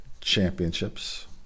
championships